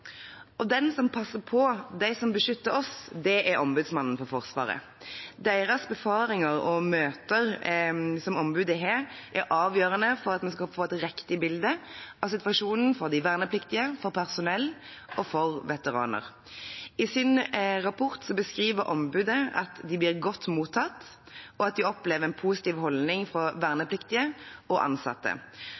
Den som passer på dem som beskytter oss, er Ombudsmannen for Forsvaret. Deres befaringer og møter som ombudet har, er avgjørende for at vi skal få et riktig bilde av situasjonen for de vernepliktige, for personell og for veteraner. I sin rapport skriver ombudet at de blir godt mottatt, og at de opplever en positiv holdning fra vernepliktige og ansatte.